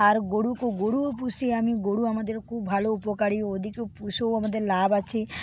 আর গরুও গরুও পুষি আমি গরু আমাদের খুব ভালো উপকারি ওদেরকে পুষেও আমাদের লাভ আছে